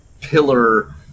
pillar